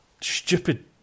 stupid